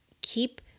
keep